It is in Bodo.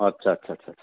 आत्सा आत्सा आत्सा आत्सा